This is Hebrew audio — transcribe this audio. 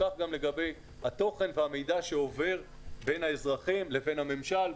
כך לגבי התוכן והמידע שעובר בין האזרחים לבין הממשל,